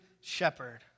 shepherd